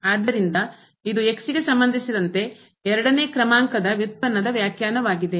ಆದ್ದರಿಂದ ಇದು ಗೆ ಸಂಬಂಧಿಸಿದಂತೆ ಎರಡನೇ ಕ್ರಮಾಂಕದ ವ್ಯುತ್ಪನ್ನದ ವ್ಯಾಖ್ಯಾನವಾಗಿದೆ